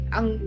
Ang